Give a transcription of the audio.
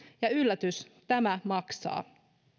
ja yllätys tämä maksaa